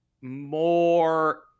more